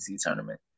tournament